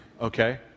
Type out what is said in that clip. okay